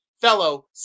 fellow